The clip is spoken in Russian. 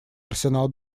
арсенал